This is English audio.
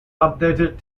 updated